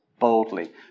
Boldly